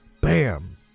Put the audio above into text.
bam